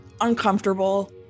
uncomfortable